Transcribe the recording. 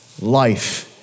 life